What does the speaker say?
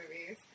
movies